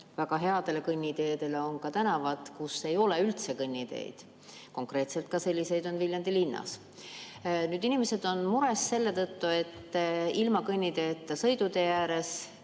väga headele kõnniteedele on ka tänavad, kus ei ole üldse kõnniteid. Konkreetselt selliseid on Viljandi linnas. Inimesed on mures selle tõttu, et ilma kõnniteeta sõidutee ääres